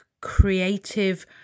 creative